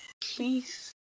Please